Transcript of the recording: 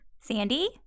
Sandy